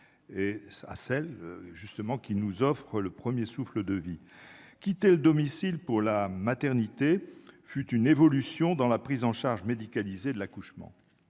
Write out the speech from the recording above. justement qui nous offrent le 1er souffle de vie quitter le domicile pour la maternité, fut une évolution dans la prise en charge médicalisée de l'accouchement